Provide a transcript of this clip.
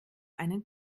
einen